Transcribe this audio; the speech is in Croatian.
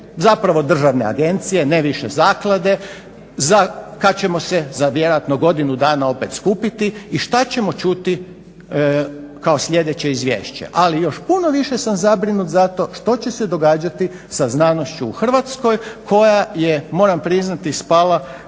zapravo državne agencije, ne više zaklade, za kad ćemo se, za vjerojatno godinu dana opet skupiti i šta ćemo čuti kao sljedeće izvješće. Ali još puno više sam zabrinut za to što će se događati sa znanošću u Hrvatskoj koja je, moram priznati spala